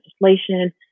legislation